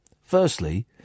Firstly